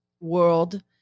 world